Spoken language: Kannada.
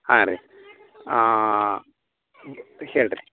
ಹಾಂ ರೀ ಹೇಳಿ ರೀ